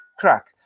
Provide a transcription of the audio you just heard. crack